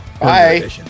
Bye